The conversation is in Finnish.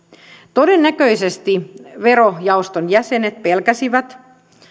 todennäköisesti verojaoston jäsenet pelkäsivät